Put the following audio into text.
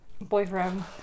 boyfriend